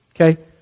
Okay